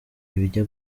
ibijya